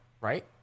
right